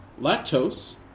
lactose